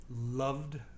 loved